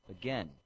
again